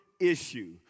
issue